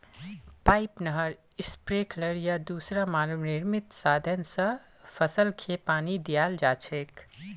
pipe, नहर, sprinkler या दूसरा मानव निर्मित साधन स फसलके पानी दियाल जा छेक